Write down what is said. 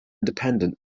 independent